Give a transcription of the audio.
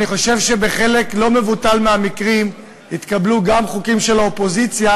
אני חושב שבחלק לא מבוטל מהמקרים התקבלו גם חוקים של האופוזיציה,